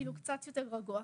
כאילו קצת יותר רגוע.